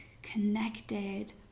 connected